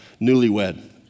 newlywed